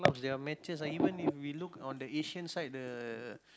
there are matches lah even if we look on the Asian side the